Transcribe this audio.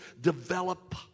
develop